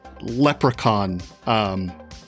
leprechaun